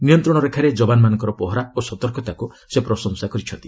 ନିୟନ୍ତ୍ରଣ ରେଖାରେ ଜବାନମାନଙ୍କ ପହରା ଓ ସତର୍କତାକୁ ସେ ପ୍ରଶଂସା କରିଛନ୍ତି